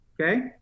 Okay